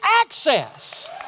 access